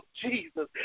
Jesus